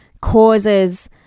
causes